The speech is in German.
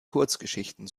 kurzgeschichten